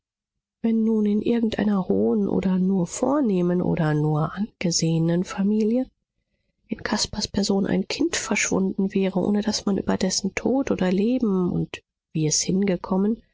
wenn nun in irgendeiner hohen oder nur vornehmen oder nur angesehenen familie in caspars person ein kind verschwunden wäre ohne daß man über dessen tod oder leben und wie es hinweggekommen